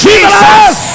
Jesus